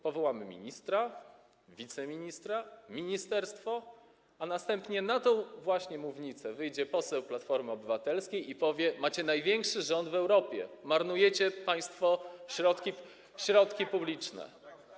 Powołamy ministra, wiceministra, ministerstwo, a następnie na tę właśnie mównicę wyjdzie poseł Platformy Obywatelskiej i powie: Macie największy rząd w Europie, marnujecie państwo środki publiczne.